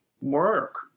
work